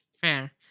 Fair